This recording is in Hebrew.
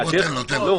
תן לו.